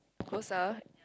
closer